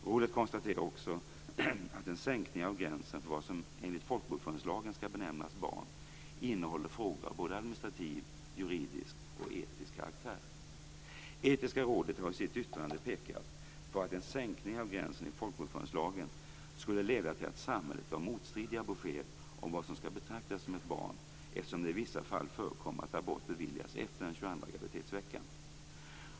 Rådet konstaterar också att en sänkning av gränsen för vad som enligt folkbokföringslagen skall benämnas barn innehåller frågor av både administrativ, juridisk och etisk karaktär. Etiska rådet har i sitt yttrande pekat på att en sänkning av gränsen i folkbokföringslagen skulle leda till att samhället gav motstridiga besked om vad som skall betraktas som ett barn, eftersom det i vissa fall förekommer att abort beviljas efter den 22:a graviditetsveckan.